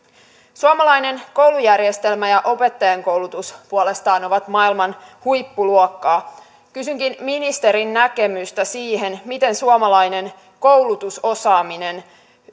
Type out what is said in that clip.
suomalainen koulujärjestelmä ja opettajankoulutus puolestaan ovat maailman huippuluokkaa kysynkin ministerin näkemystä siihen miten suomalainen koulutusosaaminen